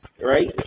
Right